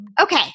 Okay